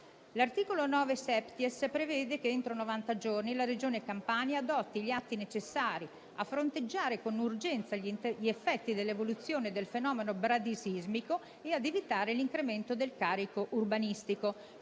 L'articolo 9-*septies* prevede che entro novanta giorni la Regione Campania adotti gli atti necessari a fronteggiare con urgenza gli effetti dell'evoluzione del fenomeno bradisismico e ad evitare l'incremento del carico urbanistico.